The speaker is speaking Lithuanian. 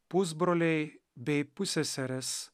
pusbroliai bei pusseserės